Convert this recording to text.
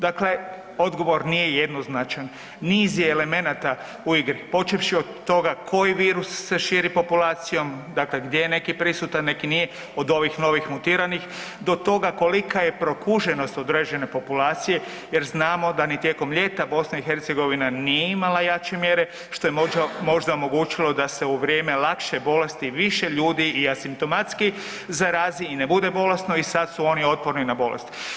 Dakle, odgovor nije jednoznačan, niz je elemenata u igri, počevši od toga koji virus se širi populacijom, dakle gdje je neki prisutan, neki nije, od ovih novih mutiranih, do toga kolika je prokuženost određene populacije jer znamo da ni tijekom ljeta BiH nije imala jače mjere, što je možda omogućilo da se u vrijeme lakše bolesti više ljudi i asimptomatski zarazi i ne bude bolesno i sad su oni otporni na bolest.